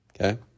Okay